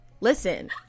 listen